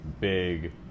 big